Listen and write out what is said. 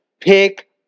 Pick